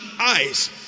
eyes